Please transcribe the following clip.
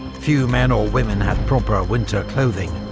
few men or women had proper winter clothing,